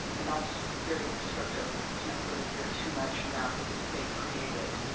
and that's very prescriptive. we can't really veer too much from that because it's state-created.